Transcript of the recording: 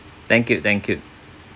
thank you thank you